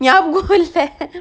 ya ஞாபகம் இல்ல:njapakam illa